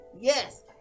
Yes